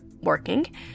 working